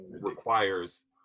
requires